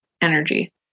energy